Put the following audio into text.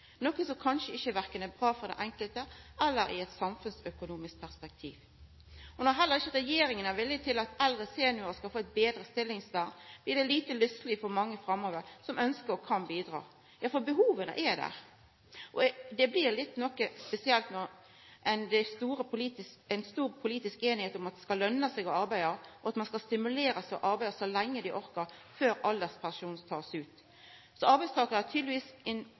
noko som kanskje ikkje er bra verken for den enkelte eller sett i eit samfunnsøkonomisk perspektiv. Når heller ikkje regjeringa er villig til å gi eldre seniorar eit betre stillingsvern, blir det framover lite lysteleg for mange som ønskjer, og kan, bidra. Behovet er der, og det blir ganske spesielt når det er stor politisk semje om at det skal lønna seg å arbeida, ein skal stimulerast og arbeida så lenge ein orkar før alderspensjonen blir teken ut. Så